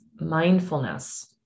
mindfulness